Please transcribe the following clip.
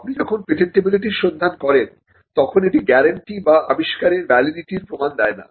আপনি যখন পেটেন্টিবিলিটির সন্ধান করেন তখন এটি গ্যারান্টি বা আবিষ্কারের ভ্যালিডিটির প্রমাণ দেয় না